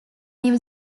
new